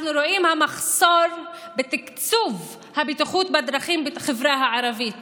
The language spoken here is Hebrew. אנחנו רואים המחסור בתקצוב הבטיחות בדרכים בחברה הערבית